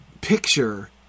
picture